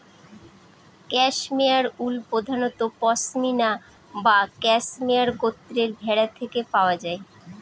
cashmere wool প্রধানত পসমিনা বা cashmere গোত্রের ভেড়া থেকে পাওয়া যায়